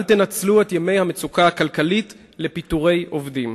אל תנצלו את ימי המצוקה הכלכלית לפיטורי עובדים.